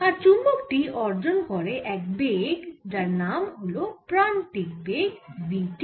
আর চুম্বক টি অর্জন করে এক বেগ যার নাম হল প্রান্তিক বেগ v T